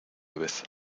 vez